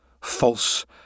False